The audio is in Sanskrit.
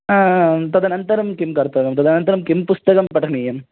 तदनन्तरं किं कर्तव्यं तदनन्तरं किं पुस्तकं पठनीयं